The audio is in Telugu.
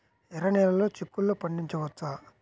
ఎర్ర నెలలో చిక్కుల్లో పండించవచ్చా?